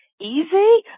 easy